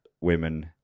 women